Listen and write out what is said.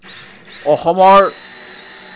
অসমৰ